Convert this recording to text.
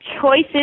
choices